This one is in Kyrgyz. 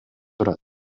турат